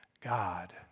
God